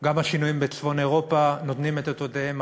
גם השינויים בצפון אירופה נותנים את אותותיהם,